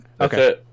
Okay